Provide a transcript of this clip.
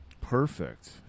Perfect